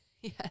yes